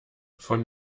von